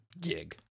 gig